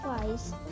twice